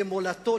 למולדתו,